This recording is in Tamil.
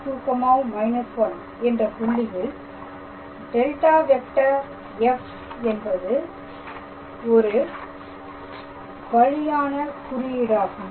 1−2−1 என்ற புள்ளியில் ∇⃗⃗ f என்பது ஒரு வழியான குறியீடாகும்